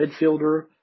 midfielder